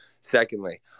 Secondly